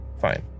fine